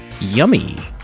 Yummy